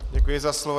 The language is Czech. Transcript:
Děkuji za slovo.